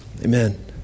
Amen